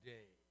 Day